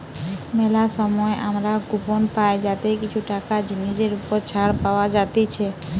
মেলা সময় আমরা কুপন পাই যাতে কিছু টাকা জিনিসের ওপর ছাড় পাওয়া যাতিছে